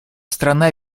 страна